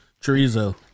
Chorizo